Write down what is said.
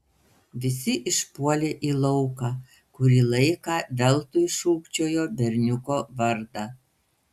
visi išpuolė į lauką kurį laiką veltui šūkčiojo berniuko vardą